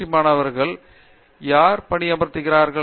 D மாணவர்களை யார் பணியமர்த்துகிறார்கள்